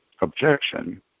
objection